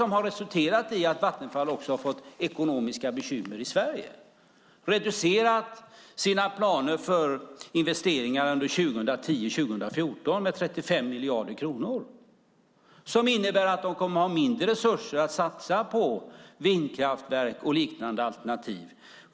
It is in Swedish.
Det har resulterat i att Vattenfall har fått ekonomiska bekymmer i Sverige och reducerat sina planer för investeringar under 2010-2014 med 35 miljarder kronor. Det innebär att de kommer att ha mindre resurser att satsa på vindkraftverk och liknande alternativ.